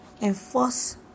enforce